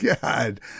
god